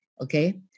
okay